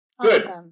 Good